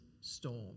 storm